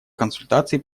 консультаций